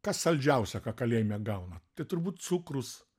kas saldžiausia ką kalėjime gauna tai turbūt cukrus